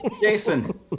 Jason